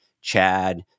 Chad